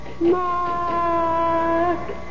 Mark